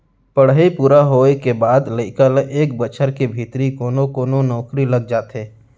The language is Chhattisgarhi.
पड़हई पूरा होए के बाद लइका ल एक बछर के भीतरी कोनो कोनो नउकरी लग जाथे